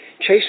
Chase